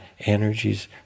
energies